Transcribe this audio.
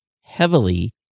heavily